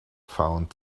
found